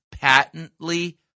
patently